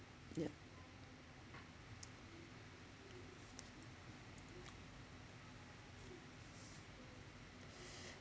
yup